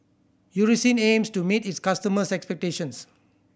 Eucerin aims to meet its customers' expectations